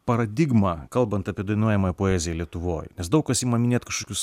paradigma kalbant apie dainuojamąją poeziją lietuvoj nes daug kas ima minėt kažkokius